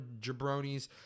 jabronis